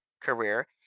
career